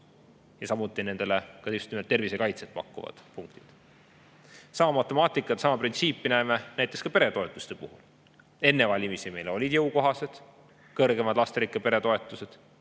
just nimelt tervisekaitset pakkuvad punktid. Sama matemaatikat, sama printsiipi näeme näiteks ka peretoetuste puhul. Enne valimisi olid meile jõukohased kõrgemad lasterikka pere toetused,